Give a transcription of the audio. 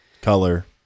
color